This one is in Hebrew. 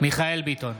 מיכאל מרדכי ביטון,